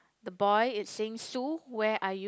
the boy is saying Sue where are you